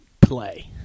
play